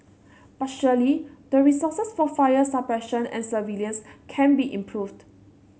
but surely the resources for fire suppression and surveillance can be improved